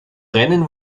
rennen